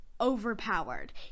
overpowered